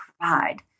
provide